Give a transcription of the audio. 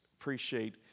appreciate